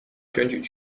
选举